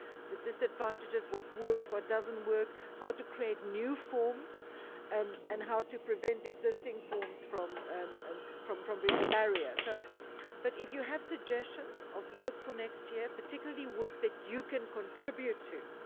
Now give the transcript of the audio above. the disadvantages, what works, what doesn't work, how to create new forms and and how to prevent existing forms from um um from being a barrier. so but if you have suggestions of work for next year, particularly work that you can contribute to,